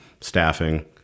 staffing